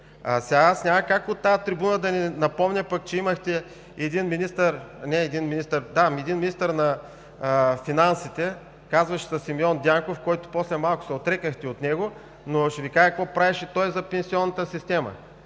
5,7%? Аз няма как от тази трибуна да не напомня, че имахте един министър на финансите, казваше се Симеон Дянков, от когото после малко се отрекохте, но ще Ви кажа какво правеше той за пенсионната система.